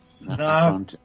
No